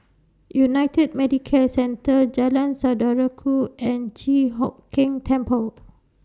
United Medicare Centre Jalan Saudara Ku and Chi Hock Keng Temple